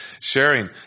sharing